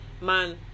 man